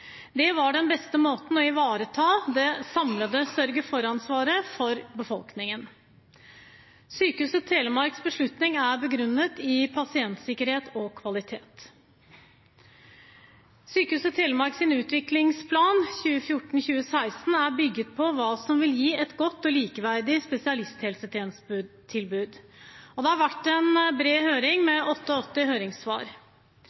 Det var den beste måten å ivareta det samlede sørge for-ansvaret for befolkningen på. Sykehuset Telemarks beslutning er begrunnet i pasientsikkerhet og kvalitet. Sykehuset Telemarks utviklingsplan for 2014–2016 er bygd på hva som vil gi et godt og likeverdig spesialisthelsetjenestetilbud, og det har vært en bred høring med 88 høringssvar.